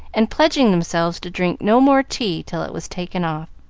and pledging themselves to drink no more tea till it was taken off.